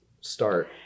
start